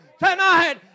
Tonight